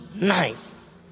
nice